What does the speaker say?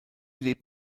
lebt